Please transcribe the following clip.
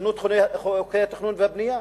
שינו את חוקי התכנון והבנייה,